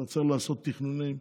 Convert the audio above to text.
אתה צריך לעשות תכנונים,